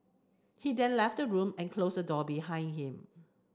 he then left the room and closed the door behind him